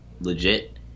legit